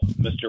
Mr